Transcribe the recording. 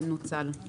זאת